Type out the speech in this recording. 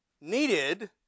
needed